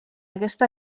aquesta